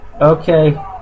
Okay